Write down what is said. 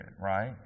right